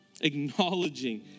acknowledging